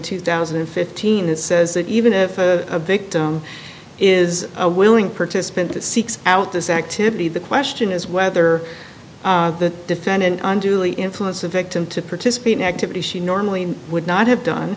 two thousand and fifteen that says that even if a victim is a willing participant that seeks out this activity the question is whether the defendant unduly influence a victim to participate in activities she normally would not have done